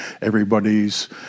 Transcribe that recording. everybody's